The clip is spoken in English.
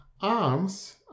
arms